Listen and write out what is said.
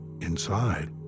Inside